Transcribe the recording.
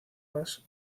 gas